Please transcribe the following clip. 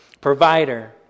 provider